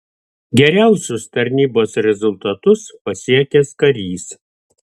geriausius tarnybos rezultatus pasiekęs karys